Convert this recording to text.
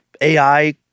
AI